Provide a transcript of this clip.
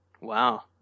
Wow